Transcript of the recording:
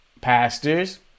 pastors